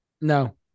No